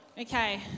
Okay